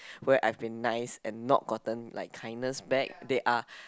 where I been nice and not gotten like kindness back they are